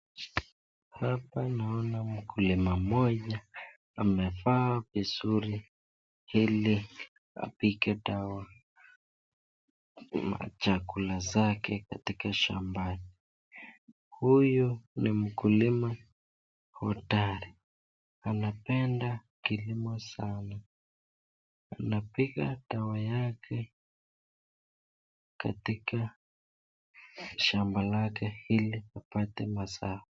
Hapa naona mkulima mmoja , amevaa vizuri ili apige dawa chakula chake katika shambani. Huyu ni mkulima hodari anapenda kilimo sana. Anapiga dawa yake katika shamba lake ili apate mazao.